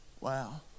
Wow